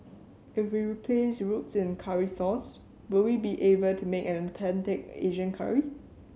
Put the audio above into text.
if we replace roux with curry sauce will we be able to make an authentic Asian curry